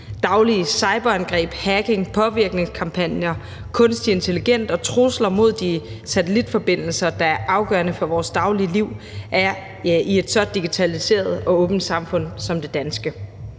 daglige cyberangreb, hacking, påvirkningskampagner, kunstig intelligens og trusler mod de satellitforbindelser, der er afgørende for vores daglige liv i et så digitaliseret og åbent samfund som det danske.